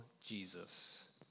Jesus